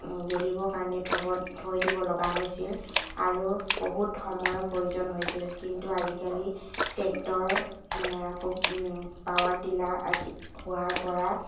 গেলিব কাৰণে থব থৈ দিব লগা হৈছিল আৰু বহুত সময়ৰ প্ৰয়োজন হৈছিল কিন্তু আজিকালি টেক্টৰ পাৱাৰ টিলাৰ আদি হোৱা পৰা